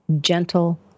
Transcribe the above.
gentle